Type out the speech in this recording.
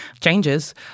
changes